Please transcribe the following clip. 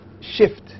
shift